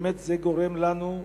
באמת זה גורם לנו,